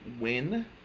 win